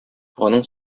аның